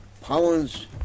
pounds